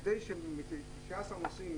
כדי שיהיו 19 נוסעים,